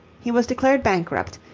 he was declared bankrupt,